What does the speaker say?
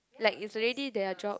like it's already their job